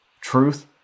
truth